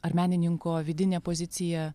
ar menininko vidinė pozicija